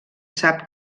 sap